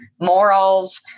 morals